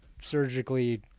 surgically